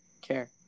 care